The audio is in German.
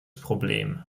problem